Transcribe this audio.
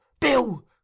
Bill